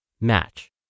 match